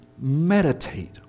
meditate